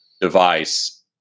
device